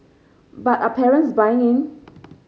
but are parents buying in